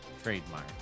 Trademark